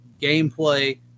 gameplay